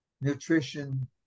nutrition